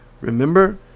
Remember